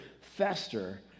fester